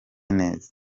neza